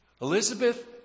Elizabeth